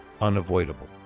unavoidable